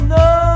no